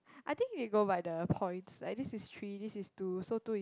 I think they go by the points like this is three this is two so two is